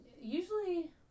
Usually